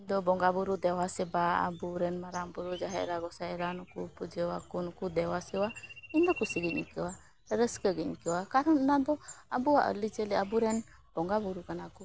ᱤᱧᱫᱚ ᱵᱚᱸᱜᱟᱵᱩᱨᱩ ᱫᱮᱵᱟᱼᱥᱮᱵᱟ ᱟᱵᱚᱨᱮᱱ ᱢᱟᱨᱟᱝᱵᱩᱨᱩ ᱡᱟᱦᱮᱨ ᱮᱨᱟ ᱜᱚᱸᱥᱟᱭ ᱮᱨᱟ ᱱᱩᱠᱩ ᱯᱩᱡᱟᱹᱣᱟᱠᱚ ᱱᱩᱠᱩ ᱫᱮᱵᱟᱼᱥᱮᱵᱟ ᱤᱧᱫᱚ ᱠᱩᱥᱤᱜᱤᱧ ᱟᱹᱭᱠᱟᱹᱣᱟ ᱨᱟᱹᱥᱠᱟᱹᱜᱤᱧ ᱟᱹᱭᱠᱟᱹᱣᱟ ᱠᱟᱨᱚᱱ ᱚᱱᱟᱫᱚ ᱟᱵᱚᱣᱟᱜ ᱟᱹᱨᱤᱪᱟᱹᱞᱤ ᱟᱵᱚᱨᱮᱱ ᱵᱚᱸᱜᱟᱵᱩᱨᱩ ᱠᱟᱱᱟᱠᱚ